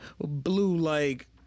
blue-like